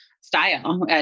style